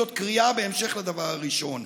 זאת קריאה בהמשך לדבר הראשון,